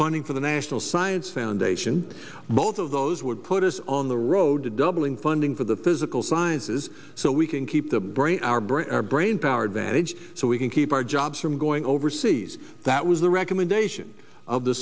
funding for the national science foundation both of those would put us on the road to doubling funding for the physical sciences so we can keep the brain our brain our brain power advantage so we can keep our jobs from going overseas that was the recommendation of the